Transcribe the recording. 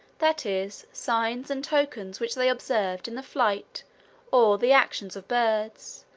that is, signs and tokens which they observed in the flight or the actions of birds,